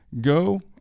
go